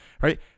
right